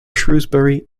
shrewsbury